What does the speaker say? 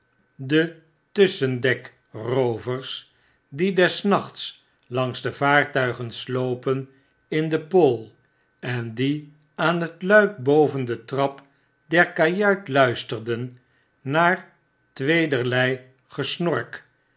ge dan detusschendek roovers die des nachts langs de vaartuigen slopen in de pool en die aan het luik boven de trap der kajuit luisterden naar tweederlei gesnork